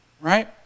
Right